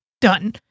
done